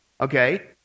okay